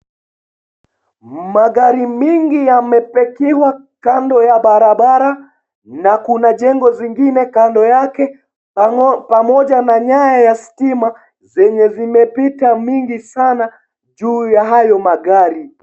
Magari mingi yamepakiwa kando ya barabara na kuna jengo zingine kando yake pamoja na nyaya ya stima zenye zimepita nyingi sana juu ya hayo magari.